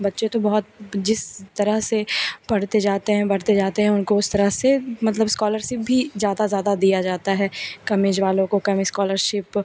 बच्चे तो बहुत जिस तरह से पढ़ते जाते हैं बढ़ते जाते हैं उनको उस तरह से मतलब इस्कॉलरसिप भी ज़्यादा ज़्यादा दिया जाता है कम एज वालों को कम इस्कॉलरशिप